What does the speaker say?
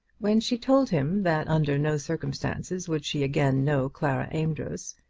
when she told him that under no circumstances would she again know clara amedroz,